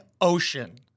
ocean